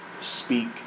speak